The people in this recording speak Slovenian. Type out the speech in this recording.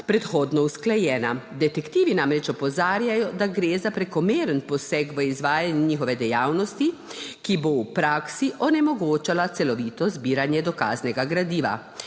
predhodno usklajena. Detektivi namreč opozarjajo, da gre za prekomeren poseg v izvajanje njihove dejavnosti, ki bo v praksi onemogočal celovito zbiranje dokaznega gradiva.